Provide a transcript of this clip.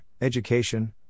education